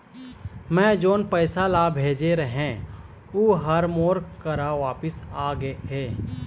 मै जोन पैसा ला भेजे रहें, ऊ हर मोर करा वापिस आ गे हे